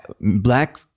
black